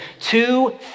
two